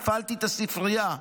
הפעלתי את הספרייה.